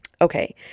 Okay